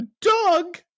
Doug